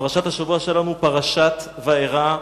פרשת השבוע שלנו, פרשת וארא,